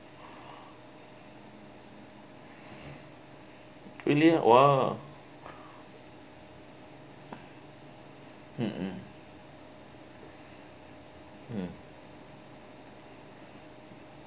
really uh !wah! mmhmm mm